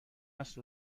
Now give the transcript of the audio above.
است